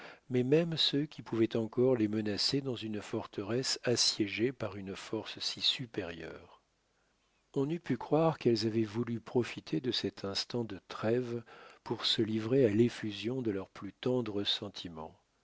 mais même ceux qui pouvaient encore les menacer dans une forteresse assiégée par une force si supérieure on eût pu croire qu'elles avaient voulu profiter de cet instant de trêve pour se livrer à l'effusion de leurs plus tendres sentiments